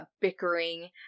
Bickering